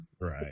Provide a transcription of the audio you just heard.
Right